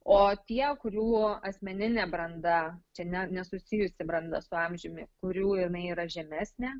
o tie kurių asmeninė branda čia ne nesusijusi branda su amžiumi kurių jinai yra žemesnė